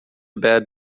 bad